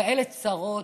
כאלה צרות,